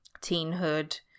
teenhood